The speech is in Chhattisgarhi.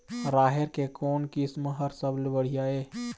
राहेर के कोन किस्म हर सबले बढ़िया ये?